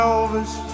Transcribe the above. Elvis